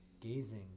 gazing